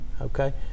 Okay